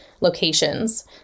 locations